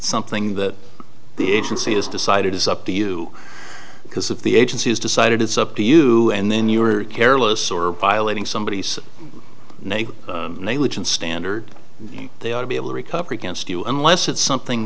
something that the agency has decided is up to you because of the agency has decided it's up to you and then you were careless or violating somebody nay nay which in standard they ought to be able to recover against you unless it's something